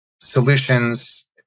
solutions